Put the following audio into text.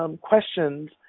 questions